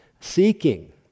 seeking